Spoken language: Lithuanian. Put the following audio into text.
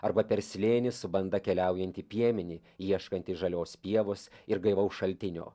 arba per slėnį su banda keliaujantį piemenį ieškantį žalios pievos ir gaivaus šaltinio